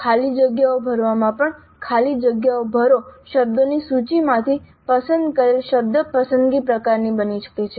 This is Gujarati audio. ખાલી જગ્યાઓ ભરવામાં પણ ખાલી જગ્યા ભરો શબ્દોની સૂચિમાંથી પસંદ કરેલ શબ્દ પસંદગી પ્રકાર બની શકે છે